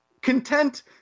content